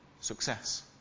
success